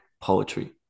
poetry